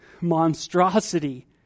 monstrosity